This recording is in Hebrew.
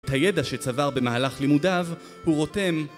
את הידע שצבר במהלך לימודיו הוא רותם